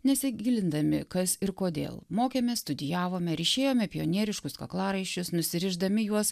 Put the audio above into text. nesigilindami kas ir kodėl mokėmės studijavome ryšėjome pionieriškus kaklaraiščius nusirisdami juos